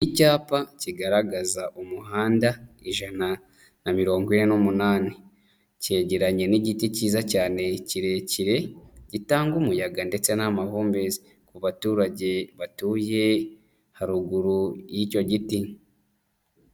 Icyapa kigaragaza umuhanda ijana na mirongo ine n'umunani. Kegeranye n'igiti kiza cyane kirekire, gitanga umuyaga ndetse n'amahumbezi. Ku baturage batuye haruguru y'icyo giti.